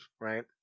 right